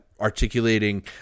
articulating